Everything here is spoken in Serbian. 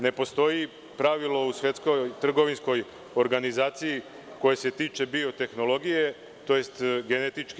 Ne postoji pravilo u Svetskoj trgovinskoj organizaciji koje se tiče biotehnologije tj GMO.